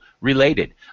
related